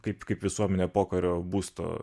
kaip kaip visuomenė pokario būsto